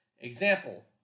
Example